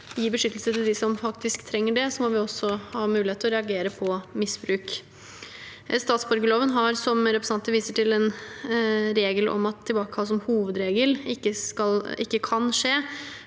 gi beskyttelse til dem som faktisk trenger det, må vi også ha mulighet til å reagere på misbruk. Statsborgerloven har, som representanten viser til, en regel om at tilbakekall som hovedregel ikke kan skje